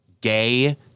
gay